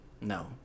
no